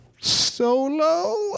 Solo